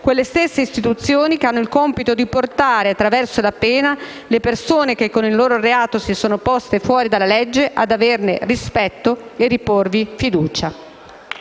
quelle stesse istituzioni che hanno il compito di portare, attraverso la pena, le persone che con il loro reato si sono poste fuori dalla legge, ad averne rispetto e riporvi fiducia».